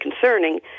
concerning